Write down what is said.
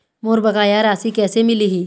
मोर बकाया राशि कैसे मिलही?